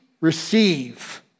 receive